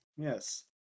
Yes